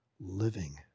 living